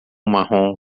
marrom